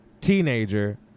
teenager